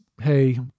hey